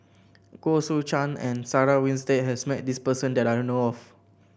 Goh Soo Chan and Sarah Winstedt has met this person that I know of